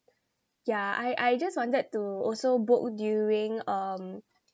yeah I I just wanted to also book during um